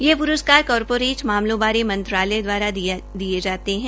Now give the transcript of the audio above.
ये प्रस्कार कॉरपोरेट मामलों बारे मंत्रालय द्वारा दिये जाते है